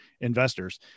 investors